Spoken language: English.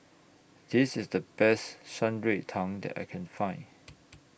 This IS The Best Shan Rui Tang that I Can Find